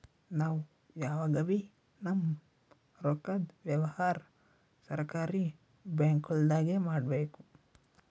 ನಾವ್ ಯಾವಗಬೀ ನಮ್ಮ್ ರೊಕ್ಕದ್ ವ್ಯವಹಾರ್ ಸರಕಾರಿ ಬ್ಯಾಂಕ್ಗೊಳ್ದಾಗೆ ಮಾಡಬೇಕು